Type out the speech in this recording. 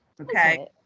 Okay